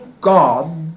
God